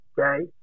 Okay